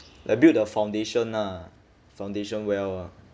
like build the foundation ah foundation well ah